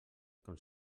com